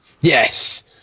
Yes